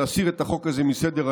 להסיר את החוק הזה מסדר-היום.